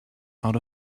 out